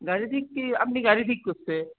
গাড়ী ঠিক কি আপুনি গাড়ী ঠিক কৰিছে